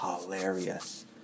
hilarious